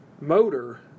motor